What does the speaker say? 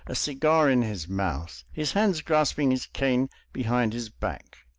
a cigar in his mouth, his hands grasping his cane behind his back.